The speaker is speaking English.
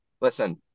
Listen